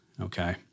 Okay